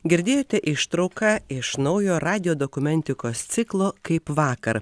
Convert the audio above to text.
girdėjote ištrauka iš naujo radijo dokumentikos ciklo kaip vakar